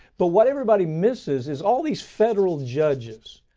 but what everybody misses is all these federal judges.